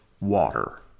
water